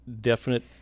definite